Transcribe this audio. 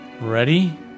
Ready